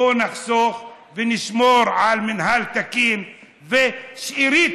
בוא נחסוך ונשמור על מינהל תקין ועל שארית